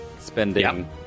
spending